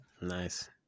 Nice